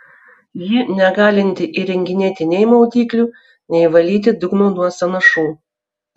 ji negalinti įrenginėti nei maudyklių nei valyti dugno nuo sąnašų